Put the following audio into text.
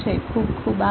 ખુબ ખુબ આભાર